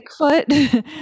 Bigfoot